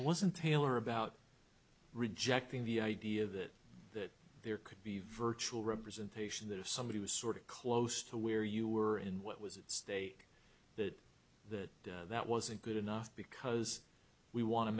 wasn't taylor about rejecting the idea that that there could be virtual representation that if somebody was sort of close to where you were in what was it's they that that that wasn't good enough because we wan